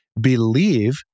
believe